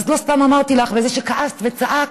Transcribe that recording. אז לא סתם אמרתי לך, וזה שכעסת וצעקת,